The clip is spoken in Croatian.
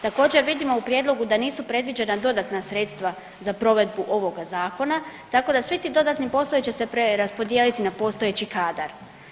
Također, vidimo u prijedlogu da nisu predviđena dodatna sredstva za provedbu ovoga zakona tako da svi ti dodatni poslovi će se rasporediti na postojeći kadar.